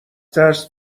ترس